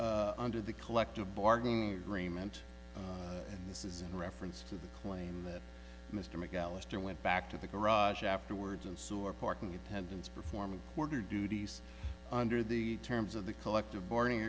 day under the collective bargaining agreement and this is in reference to the claim that mr mcallister went back to the garage afterwards and sewer parking attendants performing quarter duties under the terms of the collective bargaining